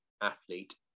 athlete